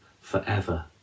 forever